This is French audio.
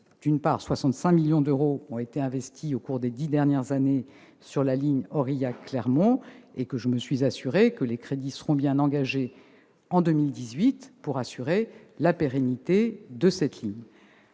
que 65 millions d'euros ont été investis au cours des dix dernières années sur la ligne Aurillac-Clermont. Par ailleurs, je me suis assurée que les crédits seront bien engagés en 2018 pour garantir la pérennité de cette ligne.